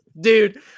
Dude